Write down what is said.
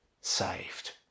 saved